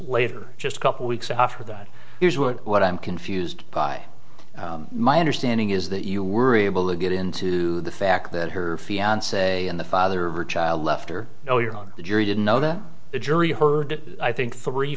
later just a couple weeks after that here's what i'm confused by my understanding is that you were able to get into the fact that her fiance and the father of her child left or no you're on the jury didn't know that the jury heard i think three